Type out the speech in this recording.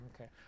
Okay